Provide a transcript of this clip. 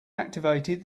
activated